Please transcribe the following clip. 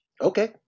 Okay